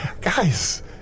Guys